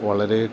വളരെ